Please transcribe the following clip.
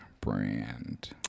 brand